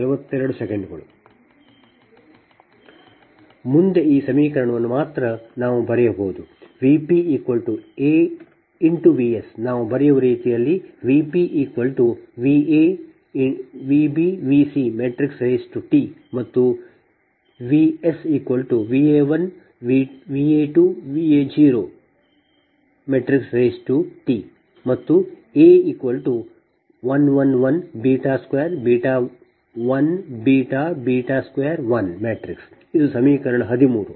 ಮುಂದೆ ಈ ಸಮೀಕರಣವನ್ನು ಮಾತ್ರ ನಾವು ಬರೆಯಬಹುದು V p AV s ನಾವು ಬರೆಯುವ ರೀತಿಯಲ್ಲಿ VpVa Vb VcT ಮತ್ತು VsVa1 Va2 Va0 T ಮತ್ತು A1 1 1 2 1 2 1 ಇದು ಸಮೀಕರಣ 13